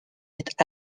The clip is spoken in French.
est